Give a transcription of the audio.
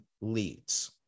leads